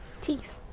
teeth